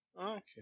Okay